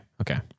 Okay